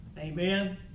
Amen